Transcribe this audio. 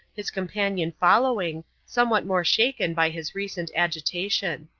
his companion following, somewhat more shaken by his recent agitation.